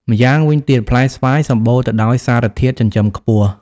ម្យ៉ាងវិញទៀត ផ្លែស្វាយសម្បូរទៅដោយ សារធាតុចិញ្ចឹមខ្ពស់។